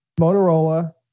Motorola